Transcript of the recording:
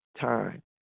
time